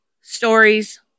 stories